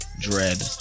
dread